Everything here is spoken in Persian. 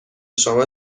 شما